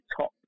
top